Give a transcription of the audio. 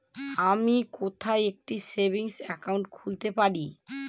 আমি কোথায় একটি সেভিংস অ্যাকাউন্ট খুলতে পারি?